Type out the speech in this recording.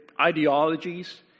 ideologies